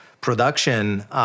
production